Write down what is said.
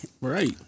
Right